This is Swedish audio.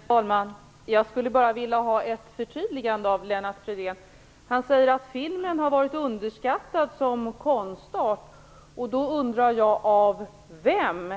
Herr talman! Jag skulle bara vilja ha ett förtydligande av Lennart Fridén. Han säger att filmen har varit underskattad som konstart. Då undrar jag: Av vem?